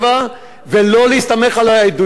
ולא להסתמך על העדויות שהיו שם.